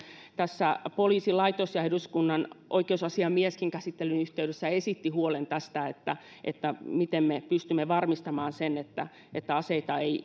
poliisilaitos ja eduskunnan oikeusasiamieskin käsittelyn yhteydessä esittivät huolen tästä miten me pystymme varmistamaan sen että että aseita ja